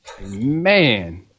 man